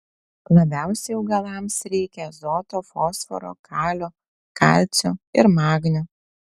labiausiai augalams reikia azoto fosforo kalio kalcio ir magnio